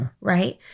Right